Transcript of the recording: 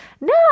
no